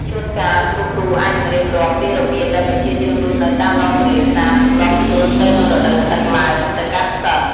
ជួនកាល គ្រូៗអាចនឹងរៀបរាប់ពីរបៀបដែលប្រជាជនរស់នៅតាមដងទន្លេសាបសម្របខ្លួនទៅនឹងរដូវទឹកឡើងទៅកាន់សិស្ស។